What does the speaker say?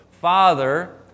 father